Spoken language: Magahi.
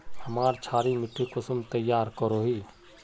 हमार क्षारी मिट्टी कुंसम तैयार करोही?